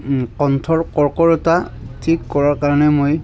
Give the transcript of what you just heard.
কণ্ঠৰ কৰ্কৰতা ঠিক কৰাৰ কাৰণে মই